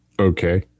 okay